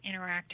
interactive